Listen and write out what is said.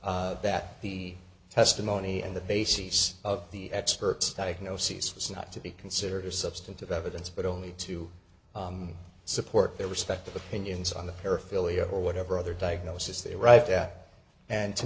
that the testimony and the bases of the experts diagnosis was not to be considered as substantive evidence but only to support their respective opinions on the paraphilia or whatever other diagnosis they arrived at and to